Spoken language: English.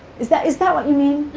is that is that what you mean?